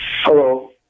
Hello